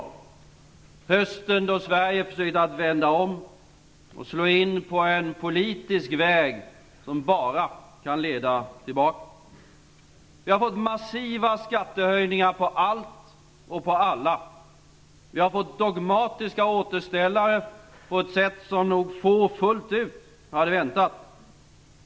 Detta var hösten då Sverige försökte vända om och slå in på en politisk väg som bara kan leda tillbaka. Vi har fått massiva skattehöjningar på allt och på alla. Vi har fått dogmatiska återställare på ett sätt som nog få fullt ut hade väntat.